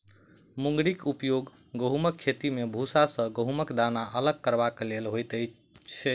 मुंगरीक उपयोग गहुमक खेती मे भूसा सॅ गहुमक दाना अलग करबाक लेल होइत छै